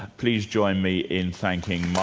please join me in thanking